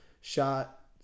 Shot